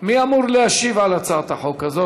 מי אמור להשיב על הצעת החוק הזאת?